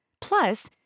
Plus